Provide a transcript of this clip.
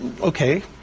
okay